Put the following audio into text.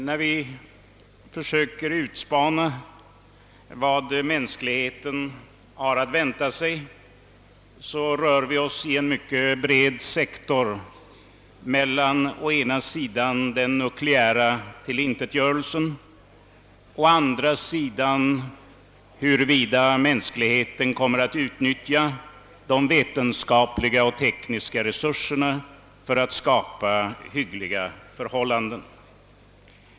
När vi försöker utspana vad mänskligheten har att vänta sig rör vi oss i en mycket bred sektor mellan å ena sidan den nukleära tillintetgörelsen och å andra sidan huruvida mänskligheten kommer att utnyttja de vetenskapliga och tekniska resurserna för att skapa hyggliga förhållanden.